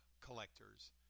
collectors